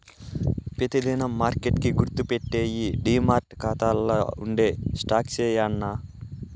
పెతి దినం మార్కెట్ కి గుర్తుపెట్టేయ్యి డీమార్ట్ కాతాల్ల ఉండే స్టాక్సే యాన్నా